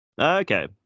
Okay